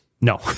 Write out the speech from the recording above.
No